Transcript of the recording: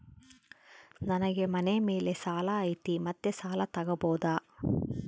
ನನಗೆ ಮನೆ ಮೇಲೆ ಸಾಲ ಐತಿ ಮತ್ತೆ ಸಾಲ ತಗಬೋದ?